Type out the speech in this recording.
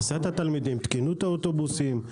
הסעות התלמידים, תקינות האוטובוסים.